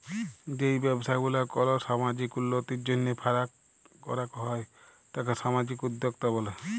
যেই ব্যবসা গুলা কল সামাজিক উল্যতির জন্হে করাক হ্যয় তাকে সামাজিক উদ্যক্তা ব্যলে